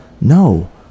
No